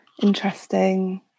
interesting